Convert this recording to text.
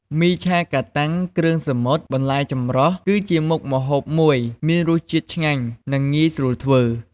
ឆាមីកាតាំងគ្រឿងសមុទ្របន្លែចម្រុះគឺជាមុខម្ហូបមួយ មានរសជាតិឆ្ងាញ់ និងងាយស្រួលធ្វើ។